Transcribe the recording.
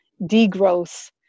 degrowth